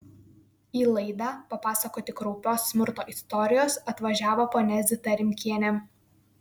į laidą papasakoti kraupios smurto istorijos atvažiavo ponia zita rimkienė